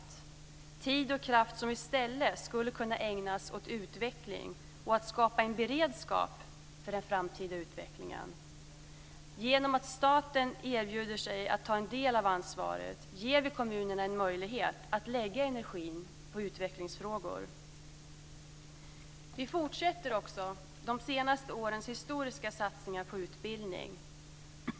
Det är tid och kraft som i stället skulle kunna ägnas åt utveckling och att skapa en beredskap för den framtida utvecklingen. Genom att staten erbjuder sig att ta en del av ansvaret ger vi kommunerna en möjlighet att lägga energin på utvecklingsfrågor. Vi fortsätter också de senaste årens historiska satsningar på utbildning.